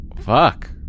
fuck